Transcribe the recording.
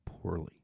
poorly